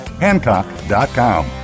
Hancock.com